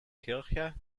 kirche